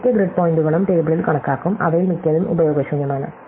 മിക്ക ഗ്രിഡ് പോയിന്റുകളും ടേബിളിൽ കണക്കാക്കും അവയിൽ മിക്കതും ഉപയോഗശൂന്യമാണ്